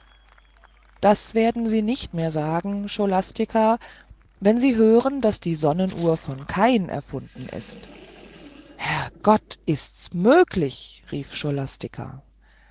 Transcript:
das werden sie nicht mehr sagen scholastica wenn sie gehört haben daß die sonnenuhr von kain erfunden ist herr gott ist's möglich rief